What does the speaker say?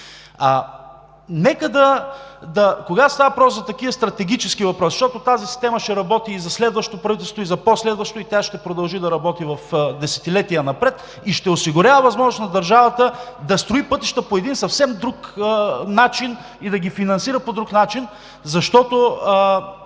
Когато става въпрос за такива стратегически въпроси, защото тази система ще работи и за следващото правителство, и за по-следващото, тя ще продължи да работи десетилетия напред и ще осигурява възможност на държавата да строи пътища и да ги финансира по съвсем друг начин, защото